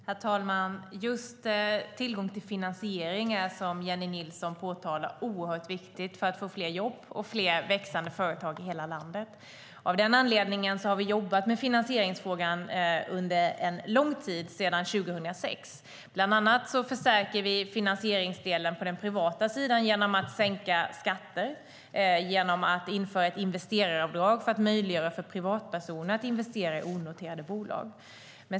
Herr talman! Just tillgång till finansiering är, som Jennie Nilsson påtalar, oerhört viktigt för att få fler jobb och fler och växande företag i hela landet. Av den anledningen har vi jobbat med finansieringsfrågan under en lång tid sedan 2006. Bland annat förstärker vi finansieringsdelen på den privata sidan genom att sänka skatter och införa en investeraravdrag för att möjliggöra för privatpersoner att investera i onoterade bolag.